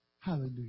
Hallelujah